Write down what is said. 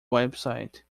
website